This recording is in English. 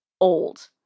old